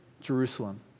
Jerusalem